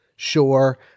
Sure